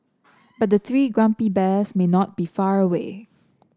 but the three grumpy bears may not be far away